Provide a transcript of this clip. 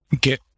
get